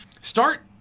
Start